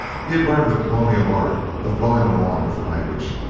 he had learned the colonial art of blowing along with the language.